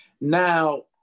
Now